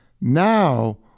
now